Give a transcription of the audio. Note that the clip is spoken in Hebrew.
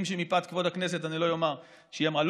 שמפאת כבוד הכנסת אני לא אומר שהיא אמרה.